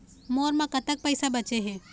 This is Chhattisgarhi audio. मोर म कतक पैसा बचे हे?